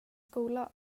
skola